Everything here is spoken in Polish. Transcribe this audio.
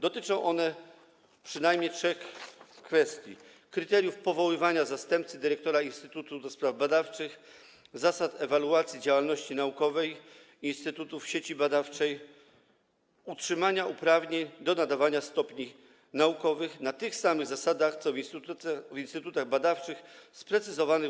Dotyczą one przynajmniej trzech kwestii: kryteriów powoływania zastępcy dyrektora instytutu do spraw badawczych, zasad ewaluacji działalności naukowej instytutów sieci badawczej, utrzymania uprawnień do nadawania stopni naukowych na tych samych zasadach co w instytutach badawczych, sprecyzowanych w